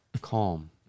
Calm